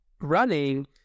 running